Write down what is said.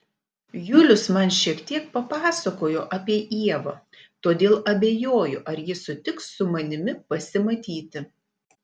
julius man šiek tiek papasakojo apie ievą todėl abejoju ar ji sutiks su manimi pasimatyti